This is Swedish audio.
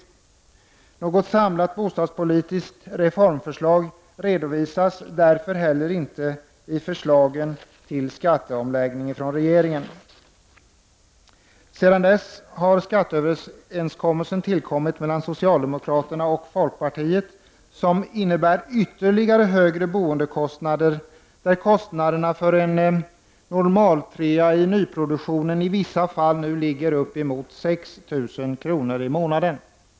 9” Något samlat bostadspolitiskt reformförslag redovisas därför heller inte i förslagen till skatteomläggning från regeringen. Sedan dess har skatteöverenskommelsen mellan socialdemokraterna och folkpartiet tillkommit. Den innebär ytterligare högre boendekostnader. Kostnaden för en normaltrea i nyproduktionen ligger nu i vissa fall på uppemot 6 000 kr. i månaden.